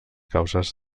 causes